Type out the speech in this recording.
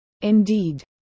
Indeed